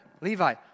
Levi